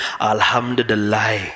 Alhamdulillah